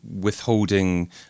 withholding